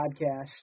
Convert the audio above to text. podcast